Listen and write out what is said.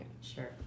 Sure